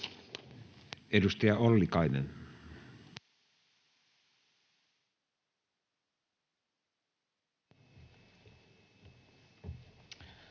Edustaja Viljanen.